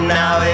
now